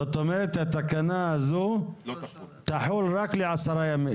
זאת אומרת שהתקנה הזאת תחול רק ל-10 ימים.